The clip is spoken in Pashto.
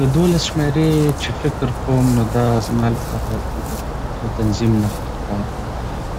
د دولس شمېرې چې فکر کوم، نو دا زما لپاره د بشپړتیا او تنظیم نښه ښکاري.